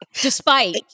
Despite-